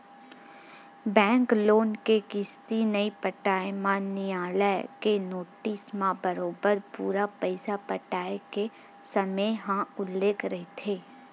bank loan के किस्ती नइ पटाए म नियालय के नोटिस म बरोबर पूरा पइसा पटाय के समे ह उल्लेख रहिथे